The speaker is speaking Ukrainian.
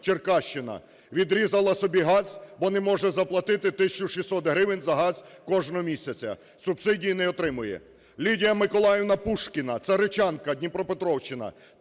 Черкащина: відрізала собі газ, бо не може заплатити 1 тисячу 600 гривень за газ кожного місяця. Субсидії не отримує. Лідія Миколаївна Пушкіна, Царичанка, Дніпропетровщина: